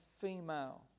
female